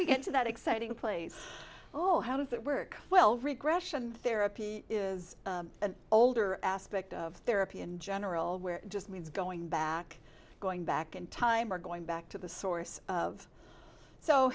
we get to that exciting place or how does that work well regression therapy is an older aspect of therapy in general where it just means going back going back in time or going back to the source of so